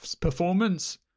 performance